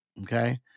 Okay